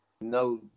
No